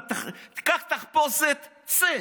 קח תחפושת, צא.